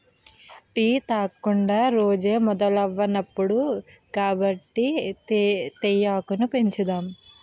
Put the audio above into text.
tea తాగకుండా రోజే మొదలవదిప్పుడు కాబట్టి తేయాకును పెంచుదాం